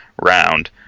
round